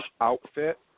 outfit